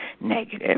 negative